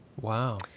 Wow